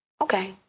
okay